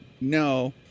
no